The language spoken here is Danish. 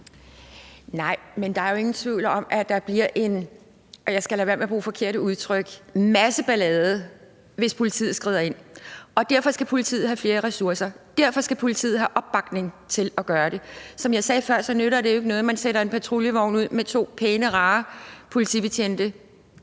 Nej, men der er jo ingen tvivl om, at der bliver en – og jeg skal lade være med at bruge forkerte udtryk – masse ballade, hvis politiet skrider ind. Derfor skal politiet have flere ressourcer, og derfor skal politiet have opbakning til at gøre det. Som jeg sagde før, nytter det jo ikke noget, at man sender en patruljevogn ud med to pæne, rare politibetjente